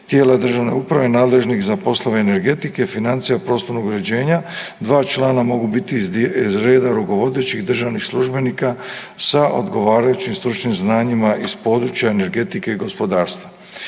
tijela državne uprave nadležnih za poslove energetike, financija i prostornog uređenja. Dva člana mogu biti iz reda rukovodećih državnih službenika sa odgovarajućim stručnim znanjima iz područja energetike i gospodarstva.